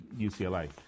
UCLA